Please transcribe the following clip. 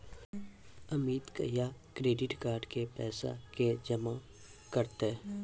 अमित कहिया क्रेडिट कार्डो के पैसा जमा करतै?